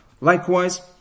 Likewise